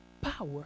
power